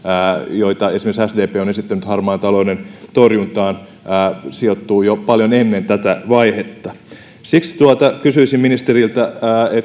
joita esimerkiksi sdp on esittänyt harmaan talouden torjuntaan sijoittuu jo paljon ennen tätä vaihetta siksi kysyisin ministeriltä